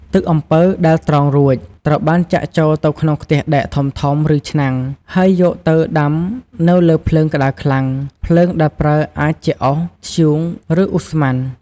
ទឹកអំពៅដែលត្រងរួច ត្រូវបានចាក់ចូលទៅក្នុងខ្ទះដែកធំៗ ឬឆ្នាំង ហើយយកទៅដាំនៅលើភ្លើងក្ដៅខ្លាំង។ ភ្លើងដែលប្រើអាចជាអុស ធ្យូង ឬឧស្ម័ន។